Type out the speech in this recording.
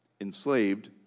Enslaved